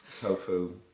tofu